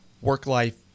work-life